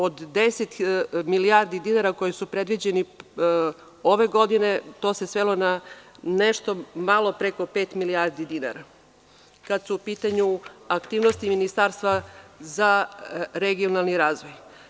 Od 10 milijardi dinara koje su predviđene ove godine, to se svelo na nešto malo preko pet milijardi dinara kada su u pitanju aktivnosti Ministarstva za regionalni razvoj.